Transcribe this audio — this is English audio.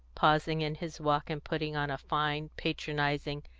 pausing in his walk, and putting on a fine, patronising,